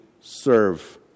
serve